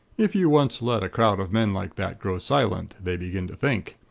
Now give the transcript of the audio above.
if you once let a crowd of men like that grow silent, they begin to think,